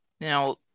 Now